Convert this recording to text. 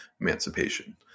emancipation